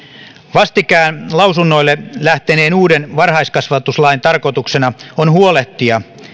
vastikään lausunnoille lähteneen uuden varhaiskasvatuslain tarkoituksena on huolehtia